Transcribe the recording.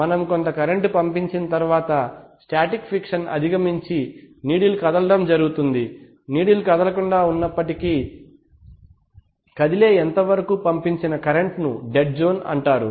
మనం కొంత కరెంటు పంపించిన తర్వాత స్టాటిక్ ఫిక్షన్ అధిగమించి నీడిల్ కదలడం జరుగుతుంది నీడిల్ కదలకుండా ఉన్నప్పటి నుంచి కదిలే ఎంతవరకు పంపించిన కరెంటును డెడ్ జోన్ అంటారు